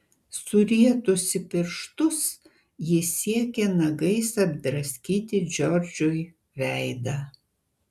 surietusi pirštus ji siekė nagais apdraskyti džordžui veidą